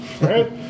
right